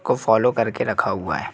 को फॉलो कर के रखा हुआ है